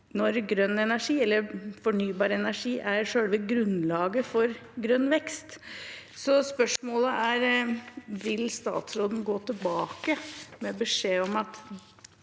når grønn energi eller fornybar energi er selve grunnlaget for grønn vekst? Spørsmålet er: Vil statsråden gå tilbake med beskjed om at